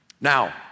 Now